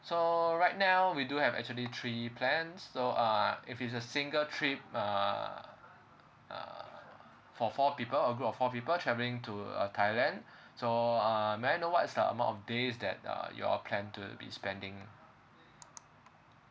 so rght now we do have actually three plan so uh if it's a single trip uh uh for four people a group of four people travelling to uh thailand so uh may I know what's the amount of days that uh you all plan to be spending